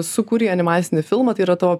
sukūrei animacinį filmą tai yra tavo